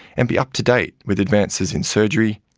and be up to date with advances in surgery,